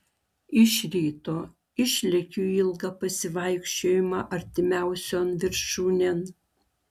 iš ryto išlekiu į ilgą pasivaikščiojimą artimiausion viršūnėn